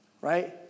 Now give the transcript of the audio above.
Right